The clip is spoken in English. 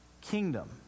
kingdom